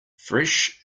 fresh